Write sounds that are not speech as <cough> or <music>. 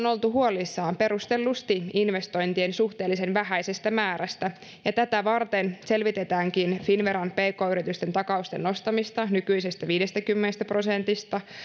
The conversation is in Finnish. <unintelligible> oltu huolissaan investointien suhteellisen vähäisestä määrästä tätä varten selvitetäänkin finnveran pk yritysten takausten nostamista nykyisestä viidestäkymmenestä prosentista